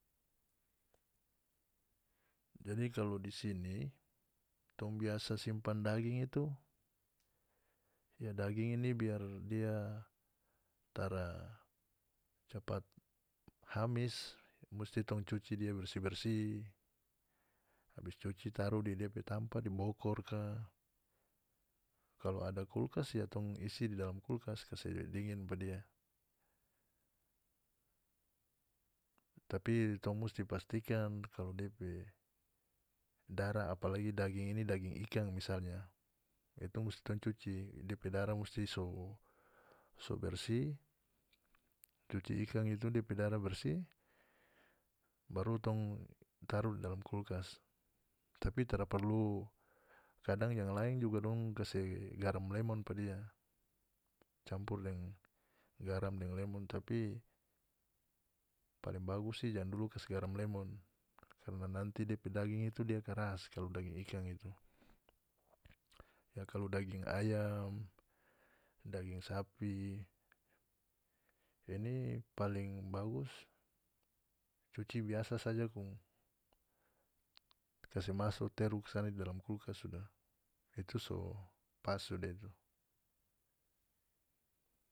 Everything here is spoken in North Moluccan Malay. Jadi kalu di sini tong biasa simpan daging itu ya daging ini biar dia tara capat hamis musti tong cuci dia bersih-bersih abis cuci taru di dia pe tampa di bokor ka kalu ada kulkas ya tong isi di dalam kulkas kase dingin pa dia tapi tong musti pastikan kalu dia pe darah apalagi daging ini daging ikan misalnya itu musti tong cuci depe darah musti so so bersih cuci ikan itu dia pe darah bersih baru tong taruh di dalam kulkas tapi tara parlu kadang yang laeng juga dong kase garam lemon pa dia campur deng garam deng lemon tapi paling bagus si jang dulu kas garam lemon karna nanti depe daging itu dia karas kalu daging ikan itu ya kalu daging ayam daging sapi ini paling bagus cuci biasa saja kong kase maso teru kasana di dalam kulkas sudah itu so pas sudah itu.